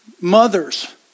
mothers